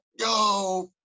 yo